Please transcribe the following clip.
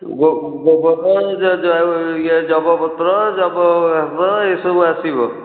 ଗୋବର ଇଏ ଯବ ପତ୍ର ଯବ ଏ ସବୁ ଆସିବ